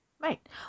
Right